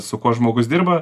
su kuo žmogus dirba